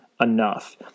enough